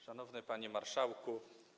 Szanowny Panie Marszałku!